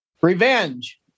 Revenge